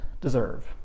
deserve